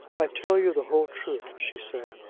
i tell you the whole truth, she said.